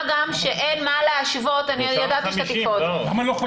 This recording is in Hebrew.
מה גם שאין מה להשוות --- למה לא 50?